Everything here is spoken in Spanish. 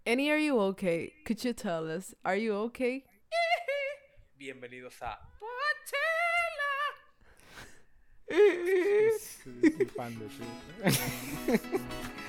Any, are you okay? Could you tell us, are you okay? Bienvenidos a- Coachella. Sí, sí, sí, Fandel, sí.